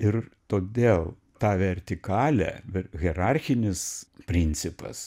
ir todėl ta vertikalė hierarchinis principas